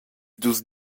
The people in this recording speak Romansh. dus